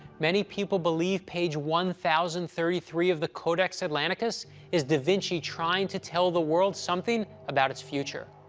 many people believe page one thousand and thirty three of the codex atlanticus is da vinci trying to tell the world something about its future.